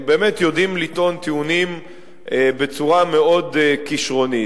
באמת יודעים לטעון טיעונים בצורה מאוד כשרונית.